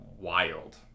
wild